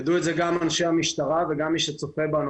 ידעו את זה גם אנשי המשטרה וגם מי שצופה בנו